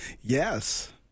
Yes